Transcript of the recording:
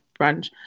brunch